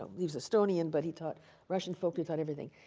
but he was a historian, but he taught russian folk, he taught everything.